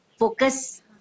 Focus